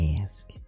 ask